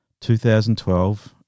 2012